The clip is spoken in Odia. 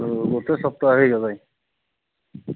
ଗୋଟେ ସପ୍ତାହ ହୋଇଗଲାଣି